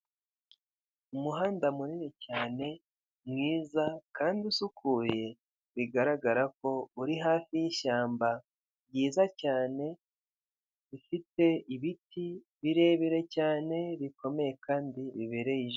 Umuhanda munini cyane mwiza Kandi usukuye, bigaragara ko uri hafi y' ishyamba ryiza cyane rifite ibiti birebire cyane , bikomeye Kandi bibereye ijisho